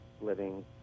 living